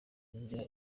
inzira